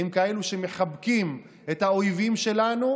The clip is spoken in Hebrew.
עם כאלו שמחבקים את האויבים שלנו,